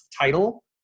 title